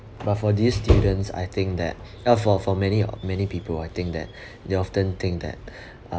but for these students I think that uh for for many many people I think that they often think that uh